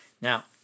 Now